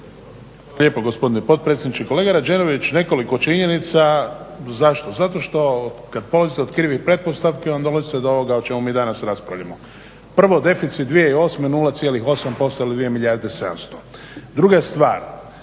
lijepo gospodine potpredsjedniče. Kolega Rađenović, nekoliko činjenica, zašto? Zato što kada polazite od krive pretpostavke onda … do ovoga o čemu mi danas raspravljamo. Prvo, deficit 2008., 0,8% ili 2 milijarde 700. Druga stvar,